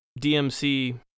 DMC